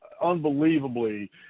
unbelievably